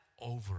over